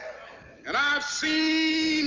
and i've seen